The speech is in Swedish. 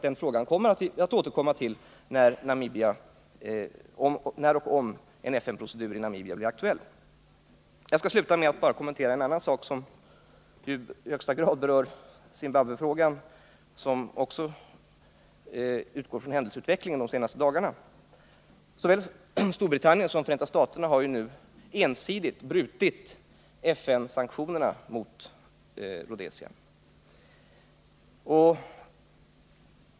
Den frågan skall vi återkomma till när och om en FN-procedur i Namibia blir aktuell. Jag skall avsluta med att kommentera en annan sak, som i högsta grad berör Zimbabwe och där jag utgår från händelseutvecklingen de senaste dagarna. Såväl Storbritannien som Förenta staterna har nu ensidigt brutit FN-sanktionerna mot Rhodesia.